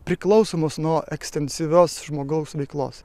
priklausomos nuo ekstensyvios žmogaus veiklos